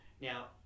Now